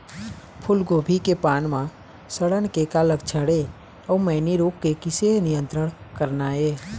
फूलगोभी के पान म सड़न के का लक्षण ये अऊ मैनी रोग के किसे नियंत्रण करना ये?